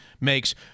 makes –